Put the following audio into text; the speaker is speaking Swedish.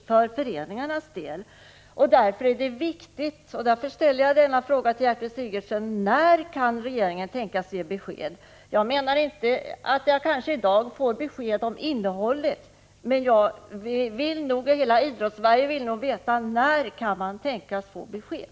Det är mycket viktigt för föreningarna att få besked, och därför ställer jag denna fråga till Gertrud Sigurdsen: När kan regeringen tänkas ge besked? Jag räknar inte med att i dag få besked om innehållet, men jag och säkert hela Idrottssverige vill gärna veta när man kan tänkas få besked.